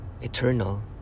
eternal